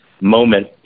moment